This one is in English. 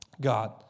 God